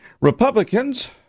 Republicans